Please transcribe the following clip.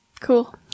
Cool